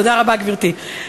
תודה רבה, גברתי.